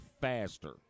faster